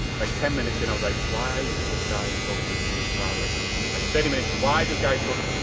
like ten minutes in, i was like, why is this guy talking to me about electricity? like, thirty minutes, and why is this guy talking?